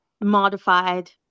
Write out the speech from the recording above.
modified